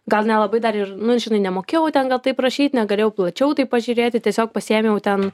gal nelabai dar ir nu žinai nemokėjau ten taip rašyt negalėjau plačiau taip pažiūrėti tiesiog pasiėmiau ten